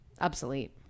Obsolete